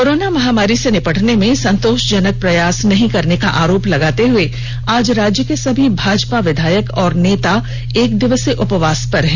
corona महामारी से निपटने में संतोषजनक प्रयास नहीं करने का आरोप लगाते हुए आज राज्य के सभी भाजपा विधायक और नेता एकदिवसीय उपवास पर हैं